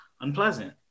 unpleasant